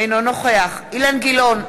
אינו נוכח אילן גילאון,